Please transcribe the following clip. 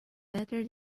better